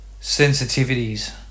sensitivities